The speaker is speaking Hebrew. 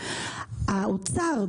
האוצר,